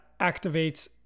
activates